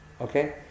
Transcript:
Okay